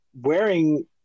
Wearing